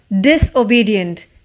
disobedient